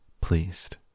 pleased